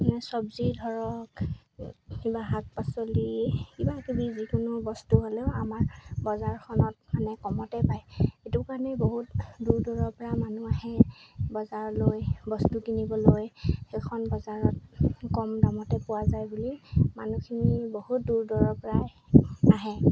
মানে চবজি ধৰক কিবা শাক পাচলি কিবা কিবি যিকোনো বস্তু হ'লেও আমাৰ বজাৰখনত মানে কমতে পায় সেইটো কাৰণেই বহুত দূৰ দূৰৰ পৰা মানুহ আহে বজাৰলৈ বস্তু কিনিবলৈ সেইখন বজাৰত কম দামতে পোৱা যায় বুলি মানুহখিনি বহুত দূৰ দূৰৰ পৰা আহে